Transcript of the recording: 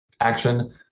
action